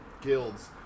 guilds